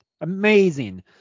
Amazing